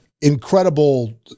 incredible